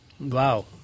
Wow